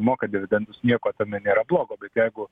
moka dividendus nieko tame nėra blogo bet jeigu